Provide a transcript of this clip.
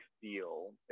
feel